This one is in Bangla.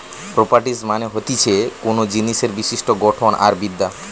প্রোপারটিস মানে হতিছে কোনো জিনিসের বিশিষ্ট গঠন আর বিদ্যা